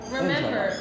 Remember